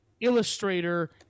Illustrator